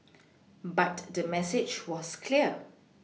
but the message was clear